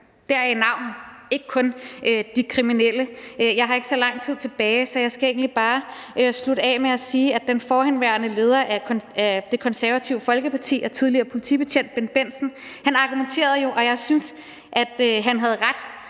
– deraf navnet – ikke kun de kriminelle. Jeg har ikke så lang tid tilbage, så jeg skal egentlig bare slutte af med at sige, at den forhenværende leder af Det Konservative Folkeparti, nemlig Bendt Bendtsen, er tidligere politibetjent, og jeg synes, at han havde ret,